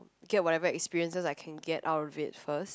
get whatever experiences I can get out of it first